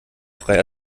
frei